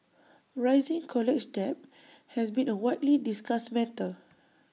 rising college debt has been A widely discussed matter